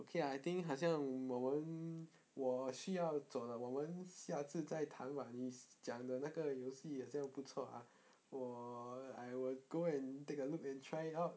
okay lah I think 好像我们我需要走了我们下次再谈 bah 你讲的那个游戏好像不错 ah 我 I will go and take a look and try it out